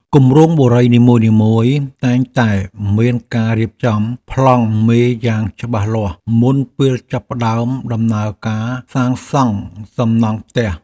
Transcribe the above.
គម្រោងបុរីនីមួយៗតែងតែមានការរៀបចំប្លង់មេយ៉ាងច្បាស់លាស់មុនពេលចាប់ផ្តើមដំណើរការសាងសង់សំណង់ផ្ទះ។